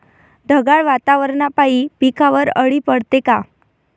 ढगाळ वातावरनापाई पिकावर अळी पडते का?